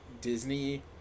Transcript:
Disney